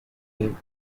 ایم